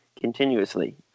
continuously